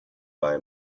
buy